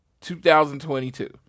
2022